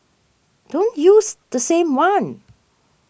don't use the same one